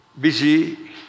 busy